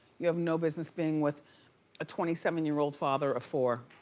you have no business being with a twenty seven year old father of four.